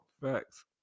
Facts